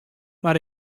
mar